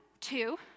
two